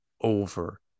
over